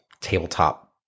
tabletop